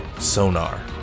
sonar